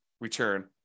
return